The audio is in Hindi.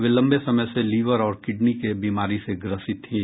वे लंबे समय से लिवर और किडनी के बीमारी से ग्रस्त थीं